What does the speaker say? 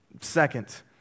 Second